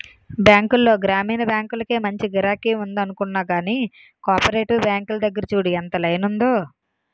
బాంకుల్లో గ్రామీణ బాంకులకే మంచి గిరాకి ఉందనుకున్నా గానీ, కోపరేటివ్ బాంకుల దగ్గర చూడు ఎంత లైనుందో?